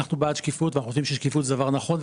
אנחנו בעד שקיפות ואנחנו חושבים ששקיפות זה דבר נכון.